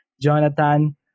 Jonathan